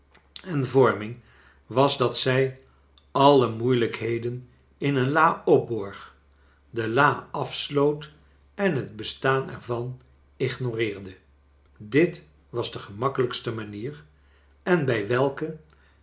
en vorming was dat zij alle moeilijkheden in een la opborg de la afsloot en het bestaan er van ignoreerde dit was de gemakkelijkste manier en brj welke